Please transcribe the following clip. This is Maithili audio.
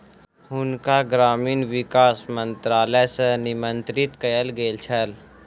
हुनका ग्रामीण विकास मंत्रालय सॅ निमंत्रित कयल गेल छल